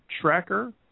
tracker